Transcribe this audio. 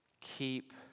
Keep